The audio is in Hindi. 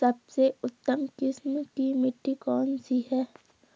सबसे उत्तम किस्म की मिट्टी कौन सी है?